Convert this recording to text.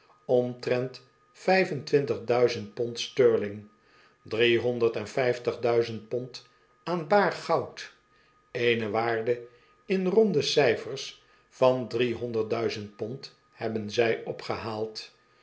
omtrent vijf en twintig duizend pond sterling driehonderd en vijftig duizend pond aan baar goud eene waarde in ronde cijfers van driehonderd duizend pond hebben zij opgehaald